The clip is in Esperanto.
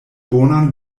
bonan